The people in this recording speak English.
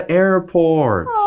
airport